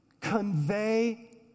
convey